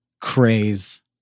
craze